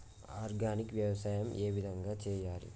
Organic వ్యవసాయం ఏ విధంగా చేయాలి?